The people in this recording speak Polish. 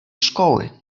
szkoły